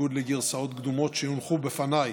בניגוד לגרסאות קודמות שהונחו בפניי,